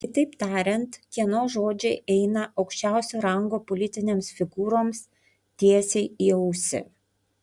kitaip tariant kieno žodžiai eina aukščiausio rango politinėms figūroms tiesiai į ausį